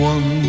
One